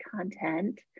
content